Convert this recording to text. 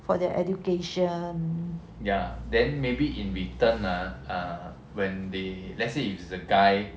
for their education